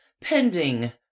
pending